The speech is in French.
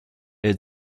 est